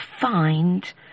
find